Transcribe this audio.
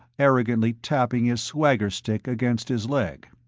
arrogantly tapping his swagger stick against his leg.